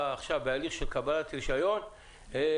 עכשיו בהליך של קבלת רישיון אני אגיד,